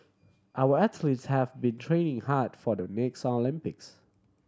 our athletes have been training hard for the next Olympics